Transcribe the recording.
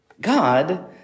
God